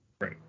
right